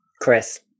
Chris